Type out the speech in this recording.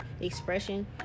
expression